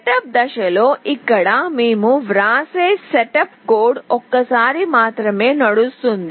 setup దశలో ఇక్కడ మేము వ్రాసే సెటప్ కోడ్ ఒక్కసారి మాత్రమే నడుస్తుంది